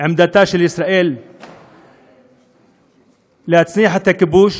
עמדתה של ישראל להנציח את הכיבוש,